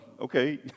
okay